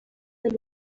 del